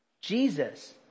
Jesus